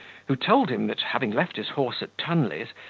who told him, that having left his horse at tunley's,